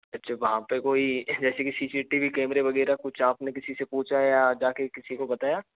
अच्छा वहाँ पे कोई जैसे सी सी टी वी कैमरे वगैरह कुछ आपने किसी से कुछ पूछा या जाके किसी को बताया